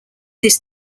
this